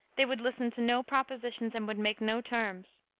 they would listen to no propositions, and would make no terms.